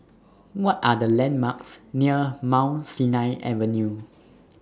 What Are The landmarks near Mount Sinai Avenue